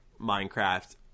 Minecraft